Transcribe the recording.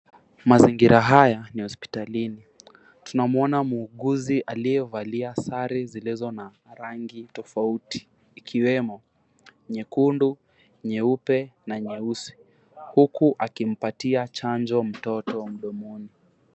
Mazingira haya ni hospitalini. Tunamwona muuguzi aliyevalia sare zilizo na rangi tofauti ikiwemo nyekundu, nyeupe na nyeusi, huku akimpatia chanjo mtoto mdomoni.